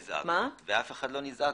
ואף אחד לא נזעק.